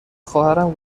خواهرم